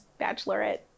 bachelorette